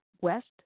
West